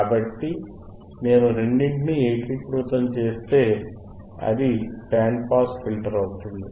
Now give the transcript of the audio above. కాబట్టి నేను రెండింటినీ ఏకీకృతం చేస్తే అది బ్యాండ్ పాస్ ఫిల్టర్ అవుతుంది